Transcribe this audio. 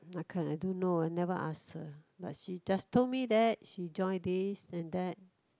I can't I don't know I never ask her but she just told me that she join this and that